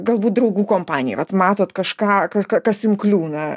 galbūt draugų kompanijoj vat matot kažką kažką kas jums kliūna